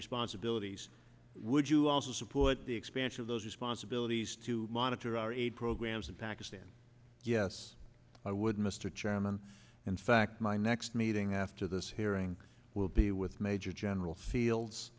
responsibilities would you also support the expansion of those responsibilities to monitor our aid programs in pakistan yes i would mr chairman in fact my next meeting after this hearing will be with major general fields